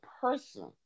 person